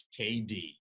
KD